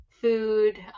food